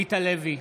עמית הלוי,